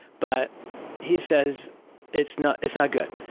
but he says it's not it's not good.